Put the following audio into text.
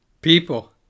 People